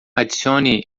adicione